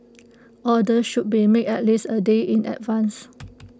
orders should be made at least A day in advance